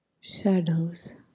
shadows